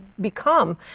become